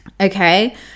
Okay